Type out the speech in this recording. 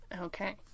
Okay